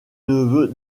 neveu